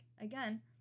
again